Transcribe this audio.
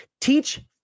teach